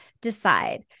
decide